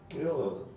ya lah